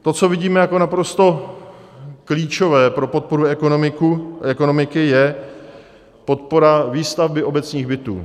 To, co vidíme jako naprosto klíčové pro podporu ekonomiky, je podpora výstavby obecních bytů.